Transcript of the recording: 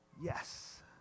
yes